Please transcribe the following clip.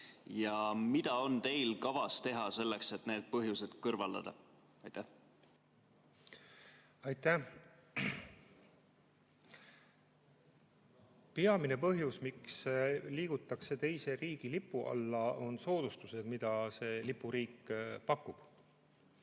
Mida on teil kavas teha selleks, et need põhjused kõrvaldada? Aitäh! Peamine põhjus, miks liigutakse teise riigi lipu alla, on soodustused, mida selle lipuga riik pakub,